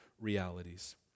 realities